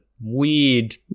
weird-